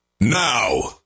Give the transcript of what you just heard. now